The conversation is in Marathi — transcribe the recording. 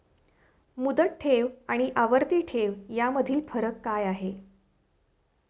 मुदत ठेव आणि आवर्ती ठेव यामधील फरक काय आहे?